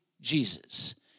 Jesus